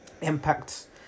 Impacts